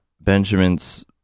Benjamin's